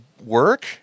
work